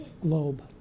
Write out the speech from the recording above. globe